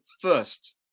first